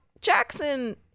Jackson